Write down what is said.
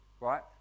Right